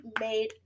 made